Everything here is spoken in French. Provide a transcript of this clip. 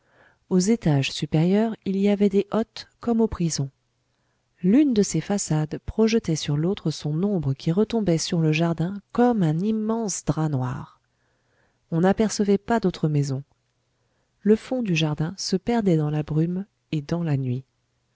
aux étages supérieurs il y avait des hottes comme aux prisons l'une de ces façades projetait sur l'autre son ombre qui retombait sur le jardin comme un immense drap noir on n'apercevait pas d'autre maison le fond du jardin se perdait dans la brume et dans la nuit